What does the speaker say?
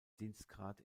dienstgrad